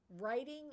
writing